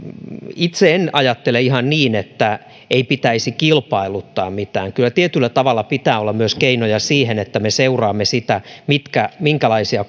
itse en ajattele ihan niin että ei pitäisi kilpailuttaa mitään kyllä tietyllä tavalla pitää olla myös keinoja siihen että me seuraamme sitä minkälaisia